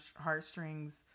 heartstrings